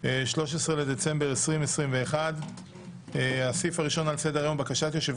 ה-13 בדצמבר 2021. הנושא הראשון על סדר היום של הוועדה: בקשת יושב